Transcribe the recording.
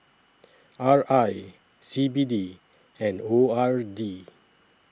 R I C B D and O R D